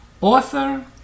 author